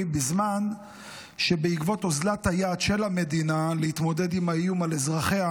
בזמן שבעקבות אוזלת היד של המדינה להתמודד עם האיום על אזרחיה,